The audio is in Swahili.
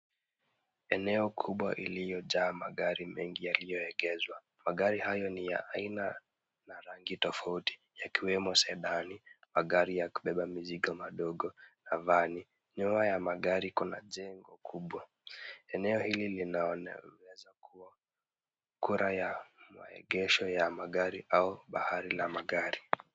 Eneo kubwa iliyojaa maari mengi yaliyoegezwa. Magari hiyo ni ya aina na rangi tofauti yakiwemo Sedan , magari ya kubeba mizigo madogo na van . Nyuma ya magari kuna jengo kubwa. Eneo hili linaweza kuwa kura ya maegesho ya magari au bahari la magari.